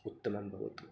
उत्तमं भवतु